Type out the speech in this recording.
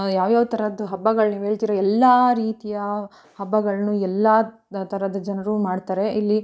ಯಾವ್ಯಾವ ಥರದ್ದು ಹಬ್ಬಗಳು ನೀವು ಹೇಳ್ತಿರೋ ಎಲ್ಲ ರೀತಿಯ ಹಬ್ಬಗಳನ್ನು ಎಲ್ಲ ಥರದ ಜನರು ಮಾಡ್ತಾರೆ ಇಲ್ಲಿ